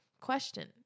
Question